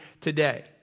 today